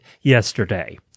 yesterday